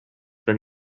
been